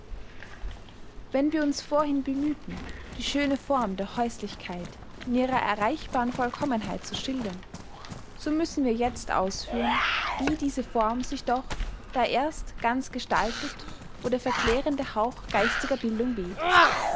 wenn wir uns vorhin bemühten die schöne form der häuslichkeit in ihrer erreichbaren vollkommenheit zu schildern so müssen wir jetzt ausführen wie diese form sich doch da erst ganz gestaltet wo der verklärende hauch geistiger bildung weht